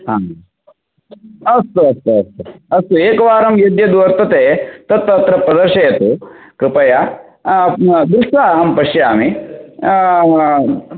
आम् अस्तु अस्तु अस्तु अस्तु एकवारं यद् यद् वर्तते तत् तत्र प्रदर्शयतु कृपया दृष्ट्वा अहं पश्यामि